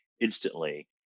instantly